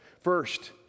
First